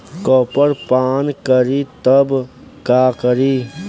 Copper पान करी तब का करी?